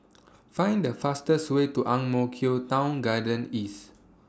Find The fastest Way to Ang Mo Kio Town Garden East